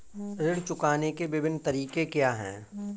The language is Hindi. ऋण चुकाने के विभिन्न तरीके क्या हैं?